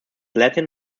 latin